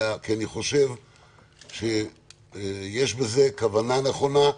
אלא כי אני חושב שיש בזה כוונה נכונה,